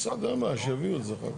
בסדר, אין בעיה, שיביאו את זה.